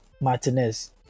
Martinez